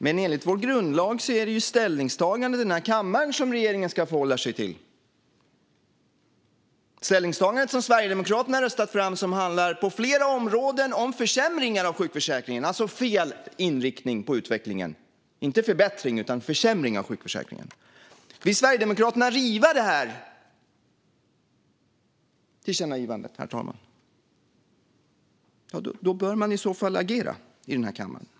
Men enligt vår grundlag är det ställningstagandena i den här kammaren som regeringen ska förhålla sig till. Det är ställningstagandet som Sverigedemokraterna har röstat fram och som på flera områden handlar om försämringar av sjukförsäkringen, alltså fel inriktning på utvecklingen. Det handlar inte om förbättring utan om försämringar av sjukförsäkringen. Vill Sverigedemokraterna riva detta tillkännagivande, herr talman? I så fall bör man agera i den här kammaren.